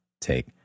take